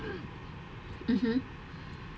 mmhmm